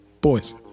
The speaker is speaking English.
Boys